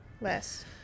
Less